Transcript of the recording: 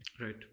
Right